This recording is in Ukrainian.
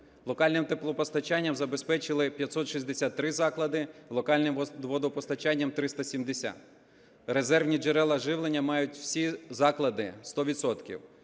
Локальним теплопостачанням забезпечили 563 заклади, локальним водопостачання – 370. Резервні джерела живлення мають всі заклади сто